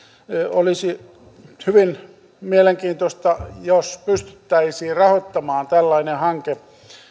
olisi hyvin mielenkiintoista jos pystyttäisiin rahoittamaan tällainen hanke